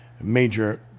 major